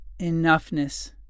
enoughness